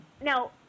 Now